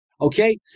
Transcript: Okay